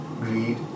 greed